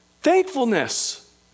thankfulness